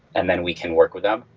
and then we can work with them.